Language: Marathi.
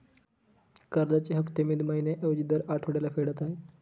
कर्जाचे हफ्ते मी महिन्या ऐवजी दर आठवड्याला फेडत आहे